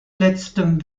letztem